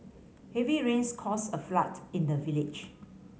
heavy rains caused a flood in the village